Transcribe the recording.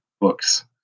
books